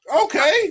Okay